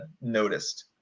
noticed